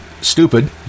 stupid